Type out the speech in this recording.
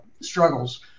struggles